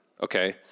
Okay